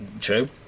True